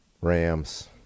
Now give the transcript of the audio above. Rams